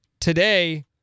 Today